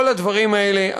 כל הדברים האלה,